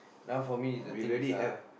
now for me the thing is ah